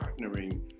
partnering